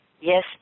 Yes